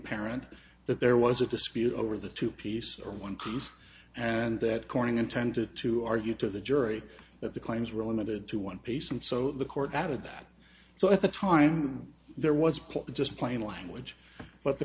parent that there was a dispute over the two piece or one crease and that corning intended to argue to the jury that the claims were limited to one piece and so the court added that so at the time there was probably just plain language but the